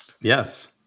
Yes